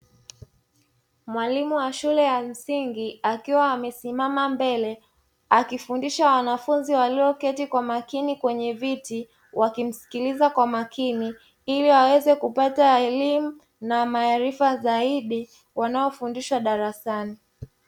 Mwalimu wa shule ya msingi akiwa amesimama mbele, akifundisha wanafunzi walioketi kwa makini kwenye viti wakimsikiliza kwa makini ili waweze kupata elimu na maarifa zaidi wanayofundishwa darasani.